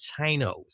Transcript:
Chinos